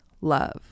love